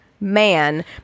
man